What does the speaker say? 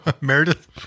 Meredith